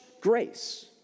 grace